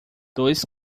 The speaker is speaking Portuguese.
dois